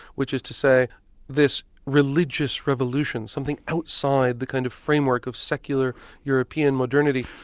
which is to say this religious revolution, something outside the kind of framework of secular european modernity.